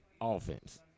offense